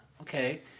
Okay